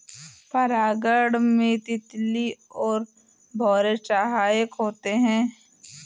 परागण में तितली और भौरे सहायक होते है